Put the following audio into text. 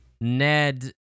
Ned